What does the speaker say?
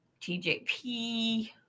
TJP